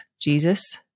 Jesus